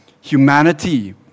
humanity